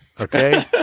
okay